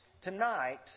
Tonight